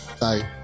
Bye